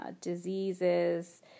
diseases